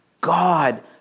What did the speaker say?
God